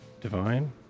divine